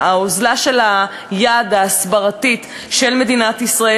אוזלת היד ההסברתית של מדינת ישראל,